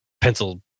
pencil